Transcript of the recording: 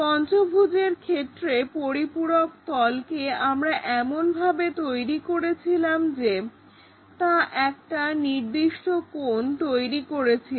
পঞ্চভুজের ক্ষেত্রে পরিপূরক তলকে আমরা এমন ভাবে তৈরি করেছিলাম যে তা একটা নির্দিষ্ট কোণ তৈরি করেছিল